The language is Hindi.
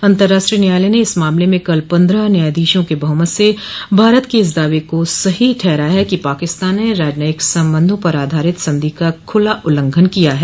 अतंर्राष्ट्रीय न्यायालय ने इस मामले में कल पन्द्रह न्यायाधीशों के बहुमत से भारत के इस दावे को सही ठहराया है कि पाकिस्तान ने राजनयिक संबंधों पर आधारित संधि का खुला उल्लंघन किया ह